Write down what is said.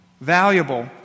valuable